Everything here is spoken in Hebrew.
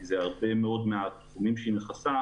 כי הרבה מאוד מהתחומים שהיא מכסה,